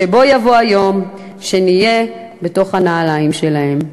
שבוא יבוא היום שנהיה בתוך הנעליים שלהם.